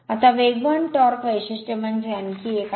आता वेगवान टॉर्क वैशिष्ट्य म्हणजे आणखी एक आहे